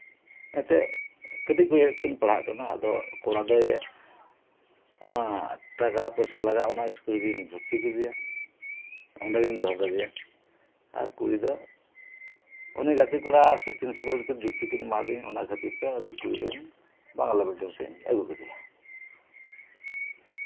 ᱮᱱᱛᱮᱜ ᱠᱟᱹᱴᱤᱡ ᱠᱷᱚᱱ ᱠᱤᱱ ᱯᱟᱲᱦᱟᱜ ᱠᱟᱱᱟ ᱟᱫᱚ ᱠᱚᱲᱟ ᱫᱚᱭ ᱚᱱᱟ ᱴᱟᱠᱟ ᱯᱚᱭᱥᱟ ᱞᱟᱜᱟᱜ ᱚᱱᱟ ᱥᱠᱩᱞ ᱨᱮᱧ ᱵᱷᱚᱨᱛᱤ ᱠᱟᱫᱮᱭᱟ ᱚᱱᱰᱮ ᱜᱤᱧ ᱫᱚᱦᱚ ᱠᱟᱫᱮᱭᱟ ᱟᱨ ᱠᱩᱲᱤ ᱫᱚ ᱩᱱᱤ ᱜᱟᱛᱮ ᱠᱚᱲᱟ ᱥᱮ ᱯᱨᱤᱱᱥᱤᱯᱟᱞ ᱛᱟᱹᱠᱤᱱ ᱡᱩᱠᱛᱤ ᱠᱤᱱ ᱮᱢᱟᱫᱤᱧ ᱚᱱᱟ ᱠᱷᱟᱹᱛᱤᱨᱛᱮ ᱠᱩᱲᱤ ᱫᱚᱧ ᱵᱟᱝᱞᱟ ᱢᱮᱰᱝᱤᱭᱟᱢ ᱥᱮᱜ ᱟᱹᱜᱩ ᱠᱮᱫᱮᱭᱟ